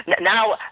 now